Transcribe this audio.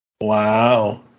Wow